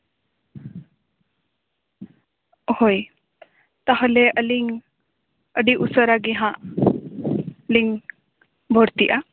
ᱦᱳᱭ ᱛᱟᱦᱚᱞᱮ ᱟᱹᱞᱤᱧ ᱟᱹᱰᱤ ᱩᱥᱟᱹᱨᱟ ᱜᱮ ᱦᱟᱸᱜ ᱞᱤᱧ ᱵᱷᱩᱨᱛᱤᱜᱼᱟ